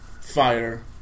fire